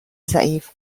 ضعیف